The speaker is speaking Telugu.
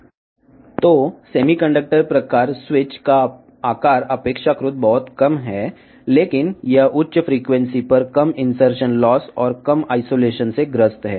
కాబట్టి సెమీకండక్టర్ రకం స్విచ్ యొక్క పరిమాణం చాలా తక్కువ కానీ ఇది ఇన్సర్షన్ లాస్ మరియు అధిక ఫ్రీక్వెన్సీల వద్ద తక్కువ ఐసొలేషన్ కలిగి ఉంటుంది